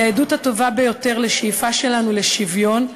היא העדות הטובה ביותר לשאיפה שלנו לשוויון,